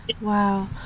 wow